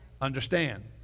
understand